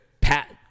Pat